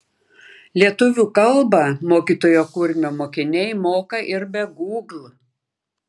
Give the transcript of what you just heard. lietuvių kalbą mokytojo kurmio mokiniai moka ir be gūgl